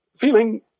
feeling